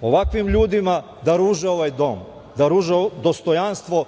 ovakvim ljudima da ruže ovaj dom, da ruže dostojanstvo